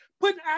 putting